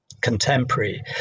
contemporary